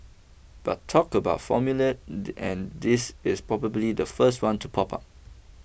but talk about formulae the and this is probably the first one to pop up